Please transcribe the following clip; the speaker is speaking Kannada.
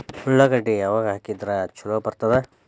ಉಳ್ಳಾಗಡ್ಡಿ ಯಾವಾಗ ಹಾಕಿದ್ರ ಛಲೋ ಬರ್ತದ?